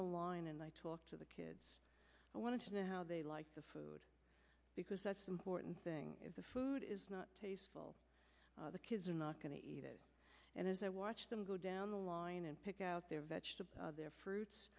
the line and i talked to the kids i wanted to know how they liked the food because that's important thing if the food is not the kids are not going to eat it and as i watch them go down the line and pick out their vegetables their fruits